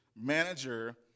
manager